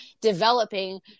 developing